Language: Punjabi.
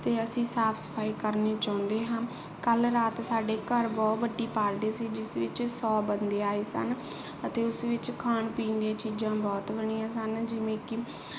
ਅਤੇ ਅਸੀਂ ਸਾਫ ਸਫਾਈ ਕਰਨੀ ਚਾਹੁੰਦੇ ਹਾਂ ਕੱਲ੍ਹ ਰਾਤ ਸਾਡੇ ਘਰ ਬਹੁਤ ਵੱਡੀ ਪਾਰਟੀ ਸੀ ਜਿਸ ਵਿੱਚ ਸੌ ਬੰਦੇ ਆਏ ਸਨ ਅਤੇ ਉਸ ਵਿੱਚ ਖਾਣ ਪੀਣ ਦੀਆਂ ਚੀਜ਼ਾਂ ਬਹੁਤ ਬਣੀਆਂ ਸਨ ਜਿਵੇਂ ਕਿ